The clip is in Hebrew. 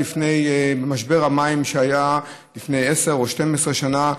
למשבר המים שהיה לפני 10 או 12 שנה,